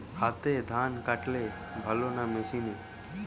হাতে ধান কাটলে ভালো না মেশিনে?